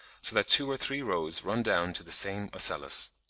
so that two or three rows run down to the same ocellus.